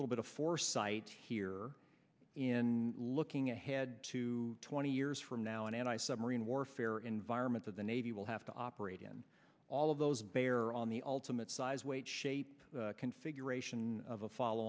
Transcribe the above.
little bit of foresight here in looking ahead to twenty years from now and i submarine warfare environment of the navy will have to operate in all of those bear on the ultimate size weight shape configuration of a follow